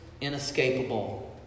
inescapable